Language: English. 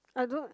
I don't